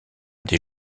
des